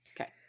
Okay